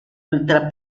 ultra